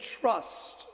trust